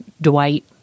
dwight